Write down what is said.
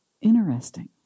interesting